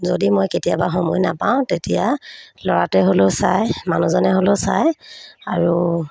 যদি মই কেতিয়াবা সময় নাপাওঁ তেতিয়া ল'ৰাটোৱে হ'লেও চায় মানুহজনে হ'লেও চায় আৰু